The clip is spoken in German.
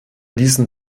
diesem